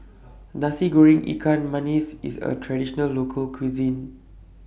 Nasi Goreng Ikan Masin IS A Traditional Local Cuisine